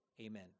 Amen